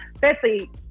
Firstly